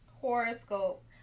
horoscope